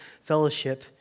fellowship